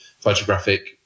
photographic